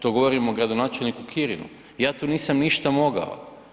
To govorim o gradonačelniku Kirinu, ja tu nisam ništa mogao.